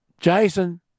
Jason